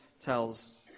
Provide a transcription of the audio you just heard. tells